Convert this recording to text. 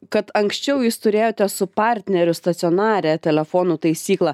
kad anksčiau jūs turėjote su partneriu stacionarią telefonų taisyklą